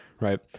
right